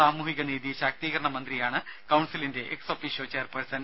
സാമൂഹ്യ നീതി ശാക്തീകരണ മന്ത്രിയാണ് കൌൺസിലിന്റെ എക്സ് ഒഫീഷ്യോ ചെയർപേഴ്സൺ